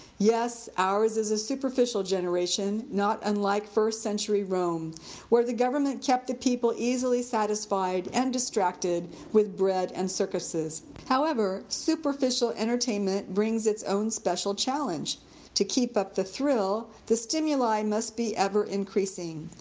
yes, ours is a superficial generation, not unlike first century rome where the government kept the people easily satisfied and distracted with bread and circuses. however, superficial entertainment brings it's own special challenge to keep up the thrill, the stimuli must be ever-increasing.